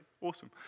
awesome